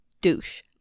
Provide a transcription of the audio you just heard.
douche